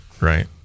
right